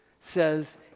says